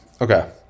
Okay